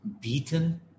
Beaten